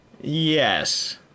yes